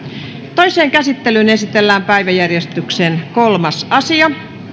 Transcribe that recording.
toiseen käsittelyyn esitellään päiväjärjestyksen kolmas asia